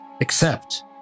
accept